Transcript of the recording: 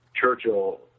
Churchill